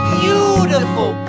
beautiful